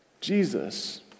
Jesus